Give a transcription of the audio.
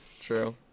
True